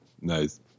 Nice